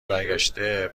برگشته